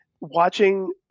watching